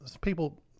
people